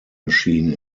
machine